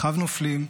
אחיו נופלים,